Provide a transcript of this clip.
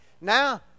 Now